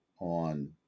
On